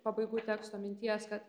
pabaigų teksto minties kad